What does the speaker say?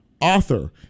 author